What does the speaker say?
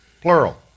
plural